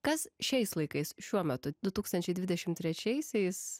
kas šiais laikais šiuo metu du tūkstančiai dvidešim trečiaisiais